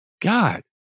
God